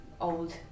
Old